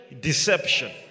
deception